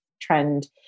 trend